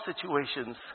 situations